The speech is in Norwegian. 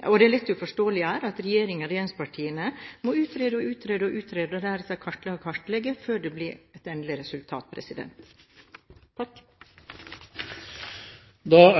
bli redusert. Det lett uforståelige er at regjeringen og regjeringspartiene må utrede og utrede og deretter kartlegge og kartlegge før det blir et endelig resultat. Det